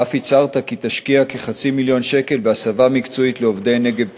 ואף הצהרת כי תשקיע כחצי מיליון שקל בהסבה מקצועית לעובדי "נגב טקסטיל"